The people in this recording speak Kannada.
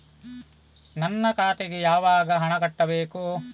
ನನ್ನ ಖಾತೆಗೆ ಹಣ ಯಾವಾಗ ಕಟ್ಟಬೇಕು?